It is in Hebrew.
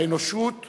האנושות